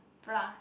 plus